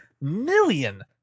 million